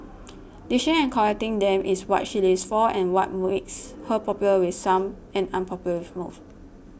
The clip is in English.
dishing and collecting them is what she lives for and what makes her popular with some and unpopular with most